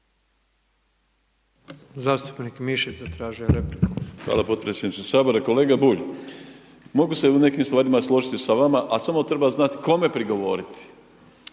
je repliku. **Mišić, Ivica (Nezavisni)** Hvala potpredsjedniče Sabora. Kolega Bulj, mogu se u nekim stvarima složiti sa vama a samo treba znati kome prigovoriti.